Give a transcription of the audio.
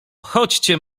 chodźcie